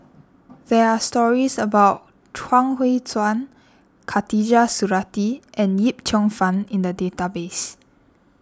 there are stories about Chuang Hui Tsuan Khatijah Surattee and Yip Cheong Fun in the database